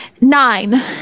nine